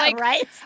Right